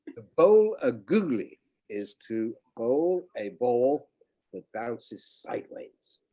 to bowl a googly is to bowl a ball that bounces sideways.